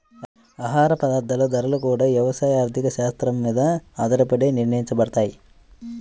ఆహార పదార్థాల ధరలు గూడా యవసాయ ఆర్థిక శాత్రం మీద ఆధారపడే నిర్ణయించబడతయ్